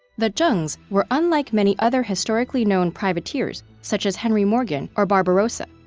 the zhengs were unlike many other historically-known privateers, such as henry morgan or barbarossa,